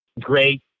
Great